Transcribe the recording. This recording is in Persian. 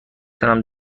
تونم